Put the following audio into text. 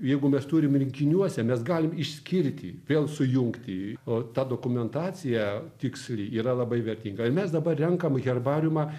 jeigu mes turim rinkiniuose mes galim išskirti vėl sujungti o tą dokumentaciją tiksli yra labai vertinga ir mes dabar renkam herbariumą